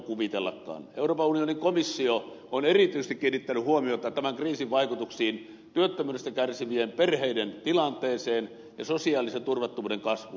euroopan unionin komissio on erityisesti kiinnittänyt huomiota tämän kriisin vaikutuksiin työttömyydestä kärsivien perheiden tilanteeseen ja sosiaalisen turvattomuuden kasvuun